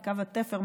מקו התפר,